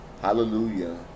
Hallelujah